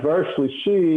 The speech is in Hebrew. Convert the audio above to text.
הדבר השלישי,